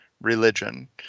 religion